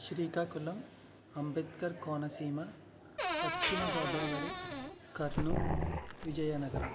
Srikakulam Ambedkar Konaseema Paschima Godavari Kurnool Vizianagaram